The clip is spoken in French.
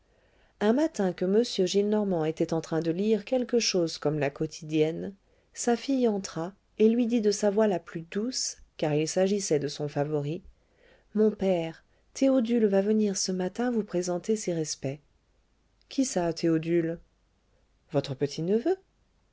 un matin que m gillenormand était en train de lire quelque chose comme la quotidienne sa fille entra et lui dit de sa voix la plus douce car il s'agissait de son favori mon père théodule va venir ce matin vous présenter ses respects qui ça théodule votre